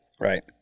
Right